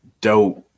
dope